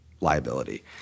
liability